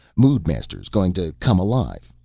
moodmaster's going to come alive.